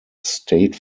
state